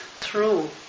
true